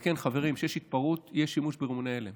וכן, חברים, כשיש התפרעות, יש שימוש ברימוני הלם